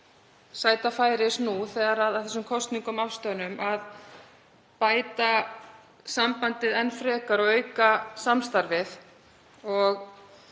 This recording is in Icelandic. sæta færis nú þegar að þessum kosningum afstöðnum og bæta sambandið enn frekar og auka samstarfið.